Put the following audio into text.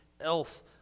else